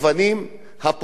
הפולנים,